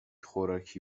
خوراکی